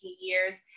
years